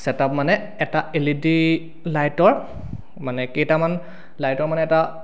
setup মানে এটা L E D লাইটৰ মানে কেইটামান লাইটৰ মানে এটা